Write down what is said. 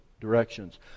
directions